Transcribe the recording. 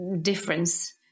difference